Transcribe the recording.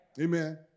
Amen